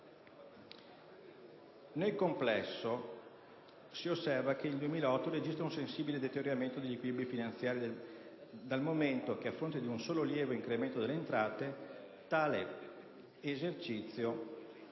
Nel complesso, osserva che il 2008 registra un sensibile deterioramento degli equilibri finanziari dal momento che, a fronte di un solo lieve incremento delle entrate, tale esercizio